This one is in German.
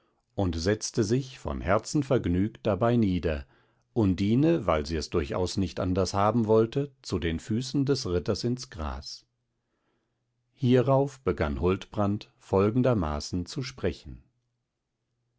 und setzte sich von herzen vergnügt dabei nieder undine weil sie es durchaus nicht anders haben wollte zu den füßen des ritters ins gras hierauf begann huldbrand folgendermaßen zu sprechen